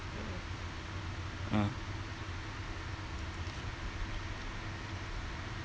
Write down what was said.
ah